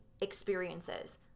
experiences